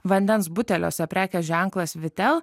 vandens buteliuose prekės ženklas vitel